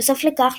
נוסף לכך,